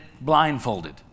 blindfolded